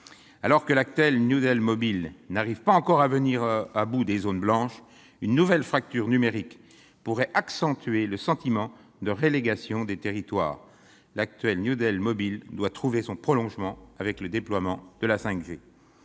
Alors que l'actuel New Deal mobile n'arrive pas encore à venir à bout des zones blanches, une nouvelle fracture numérique pourrait accentuer le sentiment de relégation des territoires. Le New Deal mobile doit ainsi trouver son prolongement avec le déploiement de la 5G.